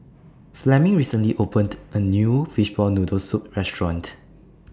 Fleming recently opened A New Fishball Noodle Soup Restaurant